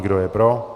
Kdo je pro?